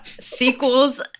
Sequels